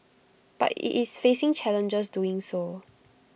but IT is facing challenges doing so